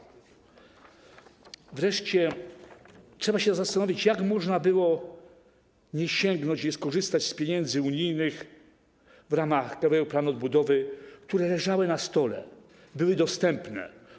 Wreszcie trzeba się zastanowić, jak można było nie sięgnąć, nie skorzystać z pieniędzy unijnych w ramach Krajowego Planu Odbudowy, które leżały na stole, były dostępne.